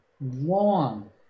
long